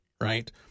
right